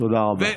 תודה רבה.